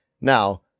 now